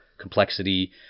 complexity